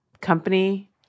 company